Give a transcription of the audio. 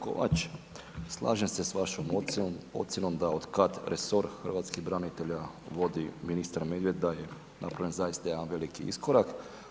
Kolega Kovač, slažem se sa vašom ocjenom da otkad resor Hrvatskih branitelja vodi ministar Medved da je napravljen zaista jedan veliki iskorak.